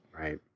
Right